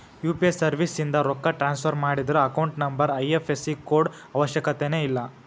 UPI ಸರ್ವಿಸ್ಯಿಂದ ರೊಕ್ಕ transfer ಮಾಡಿದ್ರ ಅಕೌಂಟ್ ನಂಬರ್ ಐ.ಎಫ್.ಎಸ್.ಸಿ ಕೋಡ್ ಅವಶ್ಯಕತೆನ ಇಲ್ಲ